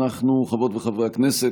חברות וחברי הכנסת,